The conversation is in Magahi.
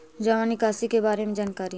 जामा निकासी के बारे में जानकारी?